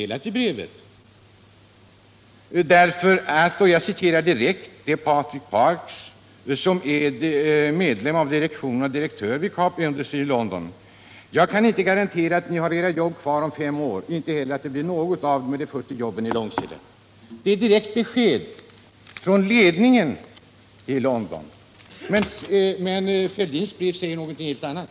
De stämmer inte därför att — och nu citerar jag Patrik Parks, medlem av direktionen och direktör för Cape Industries i London: ”Jag kan inte garantera att företaget finns kvar om fem år.” Man kan sålunda inte heller garantera att det blir något av med de 40 nya jobben i Långsele. Det är ett direkt besked från ledningen i London! Men i herr Fälldins brev sägs något helt annat.